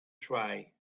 try